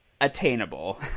attainable